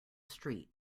street